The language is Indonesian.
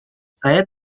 saya